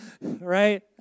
right